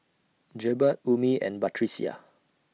Jebat Ummi and Batrisya